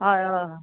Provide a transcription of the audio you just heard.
हय हय